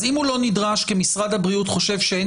אז אם הוא לא נדרש כי משרד הבריאות חושב שאין